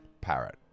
parrot